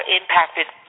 impacted